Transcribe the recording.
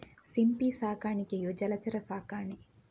ಸಿಂಪಿ ಸಾಕಾಣಿಕೆಯು ಜಲಚರ ಸಾಕಣೆ